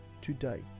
today